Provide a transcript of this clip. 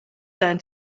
learn